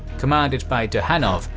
commanded by duhanov,